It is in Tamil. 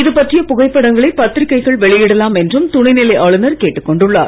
இது பற்றிய புகைப்படங்களை பத்திரிக்கைகள் வெளியிடலாம் என்றும் துணைநிலை ஆளுநர் கேட்டுக் கொண்டுள்ளார்